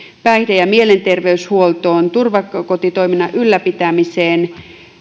päihde ja mielenterveyshuoltoon turvakotitoiminnan ylläpitämiseen